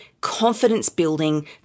confidence-building